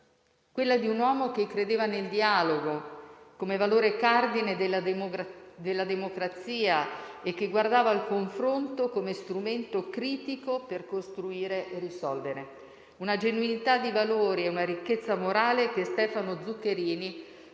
quella di un uomo che credeva nel dialogo come valore cardine della democrazia e che guardava al confronto come strumento critico per costruire e risolvere. Si tratta di una genuinità di valori e una ricchezza morale che Stefano Zuccherini